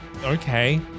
Okay